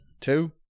two